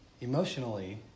emotionally